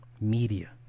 media